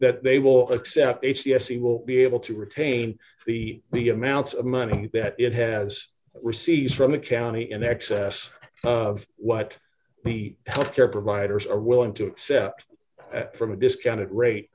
that they will accept a c s e will be able to retain the the amounts of money that it has received from the county in excess of what the health care providers are willing to accept from a discounted rate